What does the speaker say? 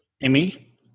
Amy